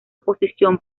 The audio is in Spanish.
oposición